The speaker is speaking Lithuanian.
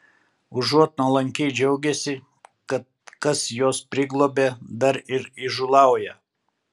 užuot nuolankiai džiaugęsi kad kas juos priglobė dar ir įžūlauja